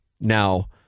Now